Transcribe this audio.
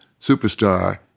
superstar